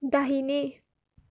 दाहिने